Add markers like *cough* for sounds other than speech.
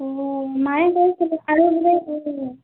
অঁ মায়ে কৈছিলে আৰু বোলে *unintelligible*